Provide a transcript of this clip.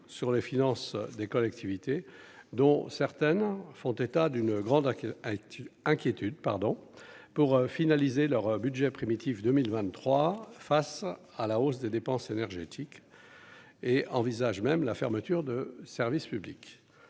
sur les finances des collectivités dont certaines font état d'une grande qui a inquiétude pardon pour finaliser leur budget primitif 2023 face à la hausse des dépenses énergétiques et envisage même la fermeture de service public